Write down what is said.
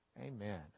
Amen